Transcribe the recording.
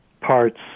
parts